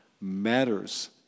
matters